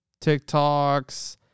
TikToks